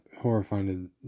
horrifying